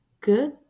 good